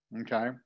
okay